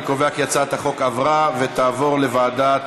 אני קובע כי הצעת החוק עברה, ותעבור לוועדת